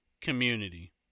community